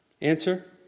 Answer